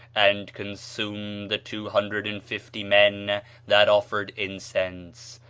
and consumed the two hundred and fifty men that offered incense.